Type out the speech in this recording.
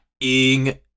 Ing